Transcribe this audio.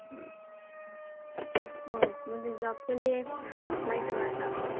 ہاں مجھے جاب کے لئے اپلائی کرنا تھا آپ کے پاس